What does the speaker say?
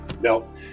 no